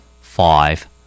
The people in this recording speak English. Five